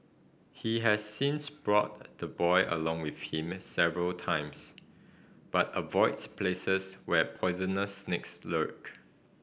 he has since brought the boy along with him several times but avoids places where poisonous snakes lurk